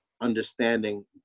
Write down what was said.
understanding